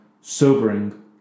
sobering